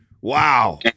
Wow